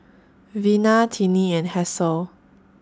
Vina Tinnie and Hasel